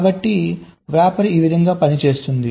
కాబట్టి వ్రాపర్ ఈ విధంగా పనిచేస్తుంది